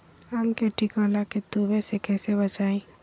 आम के टिकोला के तुवे से कैसे बचाई?